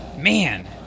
Man